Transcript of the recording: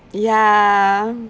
ya